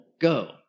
go